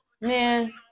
Man